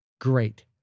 Great